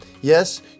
Yes